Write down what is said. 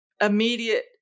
immediate